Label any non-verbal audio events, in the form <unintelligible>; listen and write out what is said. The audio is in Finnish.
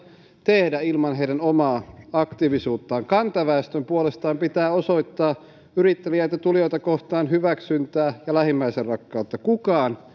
tehdä ilman heidän omaa aktiivisuuttaan kantaväestön puolestaan pitää osoittaa yritteliäitä tulijoita kohtaan hyväksyntää ja lähimmäisenrakkautta kukaan <unintelligible>